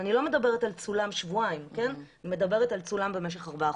אני לא מדברת על כך שצולם במשך שבועיים,